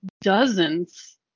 dozens